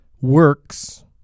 works